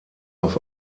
auf